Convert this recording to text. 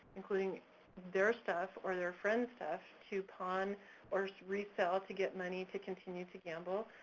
including their stuff or their friend's stuff, to pawn or resell to get money to continue to gamble,